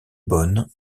bonne